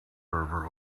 server